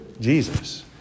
Jesus